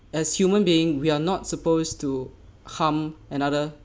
as human beings we're not supposed to harm another